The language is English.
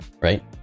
right